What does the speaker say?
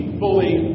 fully